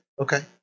Okay